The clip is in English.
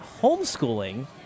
homeschooling